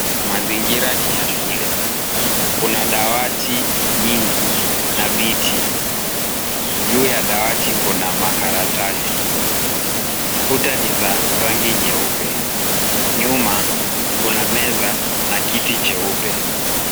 Mazingira ni ya shule. Kuna dawati mingi na viti. Juu ya dawati kuna makaratasi. Kuta ni za rangi nyeupe. Nyuma kuna meza na kiti cheupe.